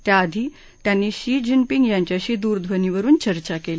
त्याआधी त्यांनी Xi Jinping यांच्याशी दूरध्वनीवरुन चर्चा केली